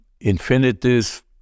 infinities